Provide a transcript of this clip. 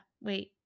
wait